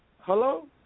Hello